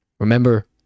Remember